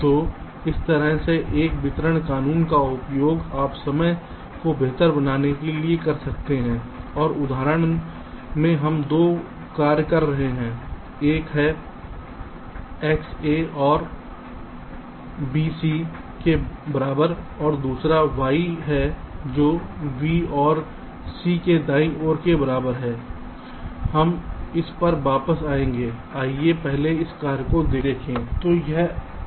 तो इस तरह के एक वितरण कानून का उपयोग आप समय को बेहतर बनाने के लिए कर सकते हैं और उदाहरण में हम 2 कार्य कर रहे हैं एक है x a ओर b c के बराबर है दूसरा y है जो b ओर c के दाईं ओर के बराबर है हम इस पर वापस आएंगे आइए पहले इस कार्य को देखें